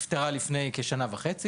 השאלה נפתרה לפני כשנה וחצי,